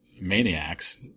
maniacs